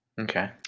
okay